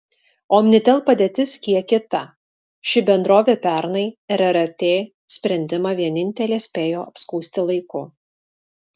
omnitel padėtis kiek kita ši bendrovė pernai rrt sprendimą vienintelė spėjo apskųsti laiku